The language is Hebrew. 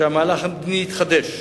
שהמהלך המדיני יתחדש.